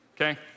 okay